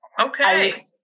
Okay